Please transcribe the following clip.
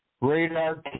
radar